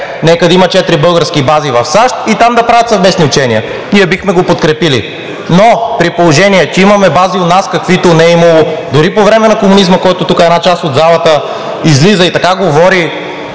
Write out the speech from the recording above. четири български бази в САЩ и там да правят съвместни учения и ние бихме ги подкрепили, но при положение че имаме бази у нас, каквито не е имало дори по време на комунизма, а тук една част от залата излиза и говори